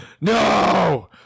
No